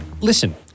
Listen